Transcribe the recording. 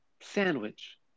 sandwich